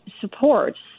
supports